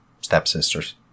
stepsisters